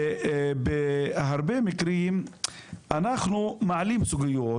בהרבה מקרים אנחנו מעלים סוגיות,